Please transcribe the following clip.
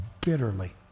bitterly